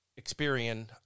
Experian